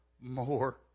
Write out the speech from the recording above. more